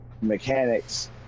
mechanics